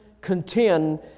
contend